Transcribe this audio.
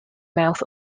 mouth